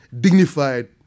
dignified